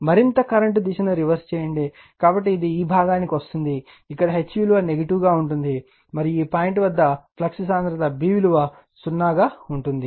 మరింత కరెంట్ దిశను రివర్స్ చేయండి కాబట్టి ఇది ఈ భాగానికి వస్తుంది ఇక్కడ H విలువ నెగటివ్ గా ఉంటుంది మరియు ఈ పాయింట్ వద్ద ఫ్లక్స్ సాంద్రత B విలువ 0 గా ఉంటుంది